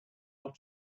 after